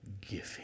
giving